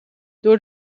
door